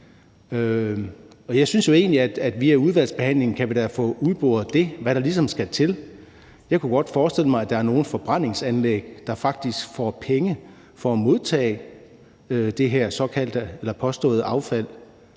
Jeg synes jo egentlig, at vi i udvalgsbehandlingen kan få udboret, hvad der ligesom skal til. Jeg kunne godt forestille mig, at der er nogle forbrændingsanlæg, der faktisk får penge for at modtage det her påståede affald.